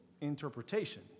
interpretation